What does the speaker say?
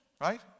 Right